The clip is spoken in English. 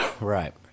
Right